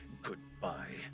Goodbye